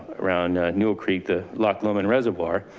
around newell creek, the loch lomond reservoir,